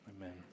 Amen